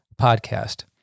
Podcast